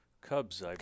Cubs